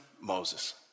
Moses